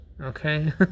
Okay